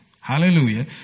Hallelujah